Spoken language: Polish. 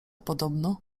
podobno